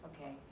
okay